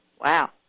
Wow